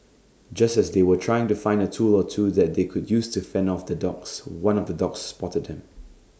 just as they were trying to find A tool or two that they could use to fend off the dogs one of the dogs spotted them